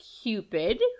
Cupid